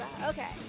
okay